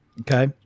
Okay